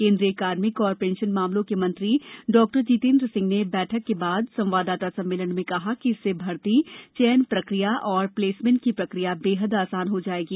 केन्द्रीय कार्मिक और पेंशन मामलों के मंत्री डॉ जितेन्द्र सिंह ने बैठक के बाद संवाददाता सम्मेलन में कहा कि इससे भर्ती चयन प्रक्रिया और प्लेसमेंट की प्रक्रिया बेहद आसान हो जायेगी